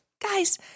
guys